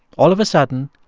all of a sudden,